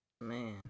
Man